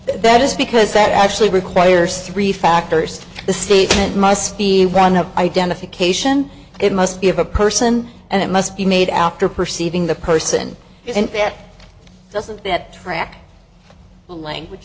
that is because that actually requires three factors the statement must be one of identification it must be of a person and it must be made after perceiving the person that doesn't yet track the language